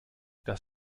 das